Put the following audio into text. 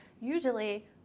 Usually